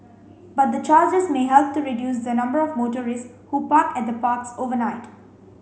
but the charges may help to reduce the number of motorists who park at the parks overnight